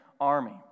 army